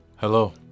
Hello